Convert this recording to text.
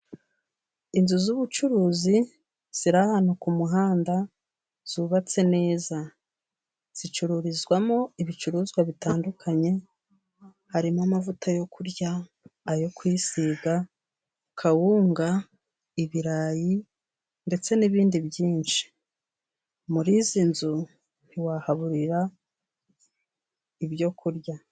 Inzu z'ubucuruzi ziri ahantu ku muhanda， zubatse neza，zicururizwamo ibicuruzwa bitandukanye， harimo amavuta yo kurya， ayo kwisiga，kawunga， ibirayi，ndetse n'ibindi byinshi. Muri izi nzu，ntiwahaburira ibyo kurya.